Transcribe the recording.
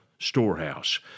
storehouse